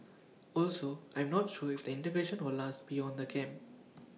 also I'm not sure if the integration will last beyond the camp